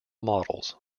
models